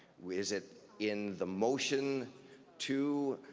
is it in the motion to